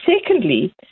secondly